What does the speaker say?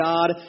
God